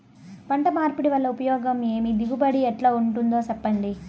పంట మార్పిడి వల్ల ఉపయోగం ఏమి దిగుబడి ఎట్లా ఉంటుందో చెప్పండి?